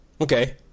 okay